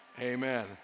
Amen